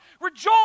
Rejoice